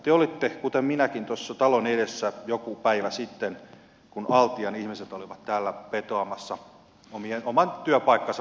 te olitte kuten minäkin tuossa talon edessä joku päivä sitten kun altian ihmiset olivat täällä vetoamassa oman työpaikkansa puolesta